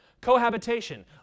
Cohabitation